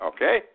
Okay